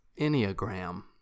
Enneagram